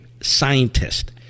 scientist